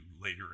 later